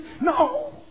No